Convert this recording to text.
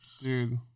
Dude